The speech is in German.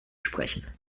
sprechen